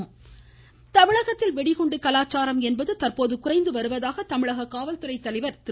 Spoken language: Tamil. திரிபாதி தமிழகத்தில் வெடிகுண்டு கலாச்சாரம் என்பது தற்போது குறைந்து வருவதாக தமிழக காவல்துறை தலைவர் திரு